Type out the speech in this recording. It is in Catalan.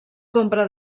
compra